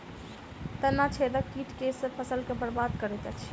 तना छेदक कीट केँ सँ फसल केँ बरबाद करैत अछि?